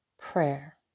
prayer